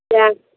gents